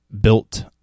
built